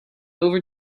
over